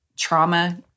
trauma